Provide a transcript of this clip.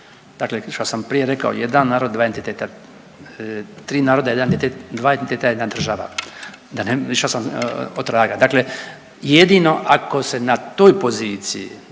dakle košto sam prije rekao jedan narod dva entiteta, tri naroda jedan, dva entiteta jedna država, išao sam otraga. Dakle jedino ako se na toj poziciji